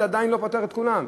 זה עדיין לא פותר את כולם.